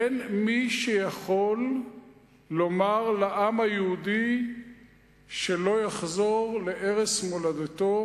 אין מי שיכול לומר לעם היהודי שלא יחזור לערש מולדתו,